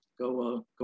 go